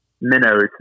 minnows